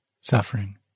suffering